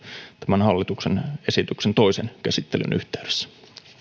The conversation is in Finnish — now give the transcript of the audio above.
tämän hallituksen esityksen toisen käsittelyn yhteydessä